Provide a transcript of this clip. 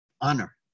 honor